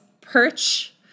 perch